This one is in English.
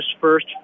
first